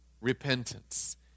Repentance